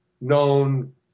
known